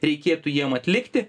reikėtų jiem atlikti